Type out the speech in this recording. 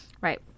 Right